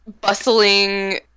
bustling